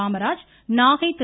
Kamaraj Nagai Thiru